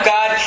God